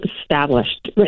established